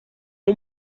اون